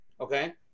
Okay